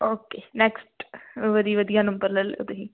okay next ਵਾਰੀ ਵਧੀਆ number ਲੈ ਲਿਓ ਤੁਸੀਂ